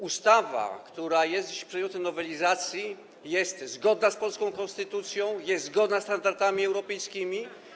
Ustawa, która jest dziś przedmiotem nowelizacji, jest zgodna z polską konstytucją, jest zgodna ze standardami europejskimi.